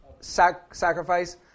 sacrifice